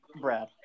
Brad